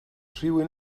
rhywun